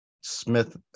Smith